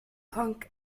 punk